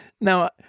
Now